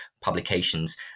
publications